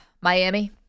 Miami